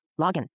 Login